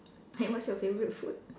what's your favourite food